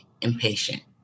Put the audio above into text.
impatient